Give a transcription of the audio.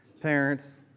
parents